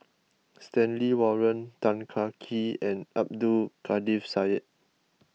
Stanley Warren Tan Kah Kee and Abdul Kadir Syed